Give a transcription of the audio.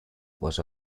was